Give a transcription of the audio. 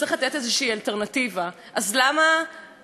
אז למה למהר עם ההצבעה על החוק הזה?